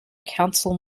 council